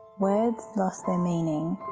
words lost their meaning.